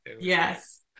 Yes